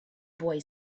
boy